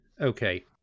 Okay